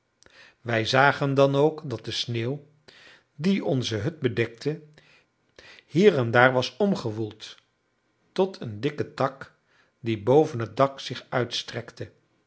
wij zagen dan ook dat de sneeuw die onze hut bedekte hier en daar was omgewoeld tot een dikken tak die boven het dak zich uitstrekte